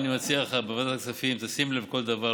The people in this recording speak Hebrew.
אני מציע לך שבוועדת הכספים תשים לב לכל דבר,